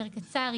יותר קצר,